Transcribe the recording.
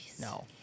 no